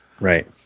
Right